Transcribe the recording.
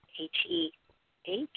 H-E-H